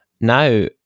now